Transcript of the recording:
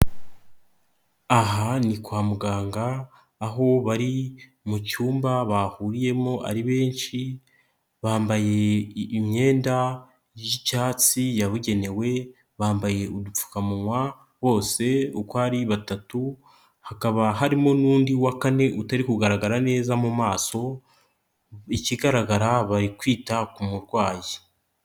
Aha ni kwa muganga aho bari mu cyumba bahuriyemo ari benshi, bambaye imyenda y'icyatsi yabugenewe, bambaye udupfukamunwa bose uko ari batatu. Hakaba harimo n'undi wa kane utari kugaragara neza mu maso, ikigaragara bari kwita ku murwayi.